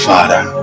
Father